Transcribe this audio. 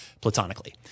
platonically